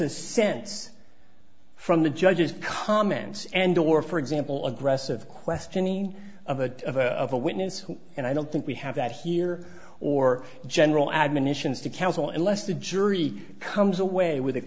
sense from the judge's comments and or for example aggressive questioning of a of a of a witness and i don't think we have that here or general admonitions to counsel and less the jury comes away with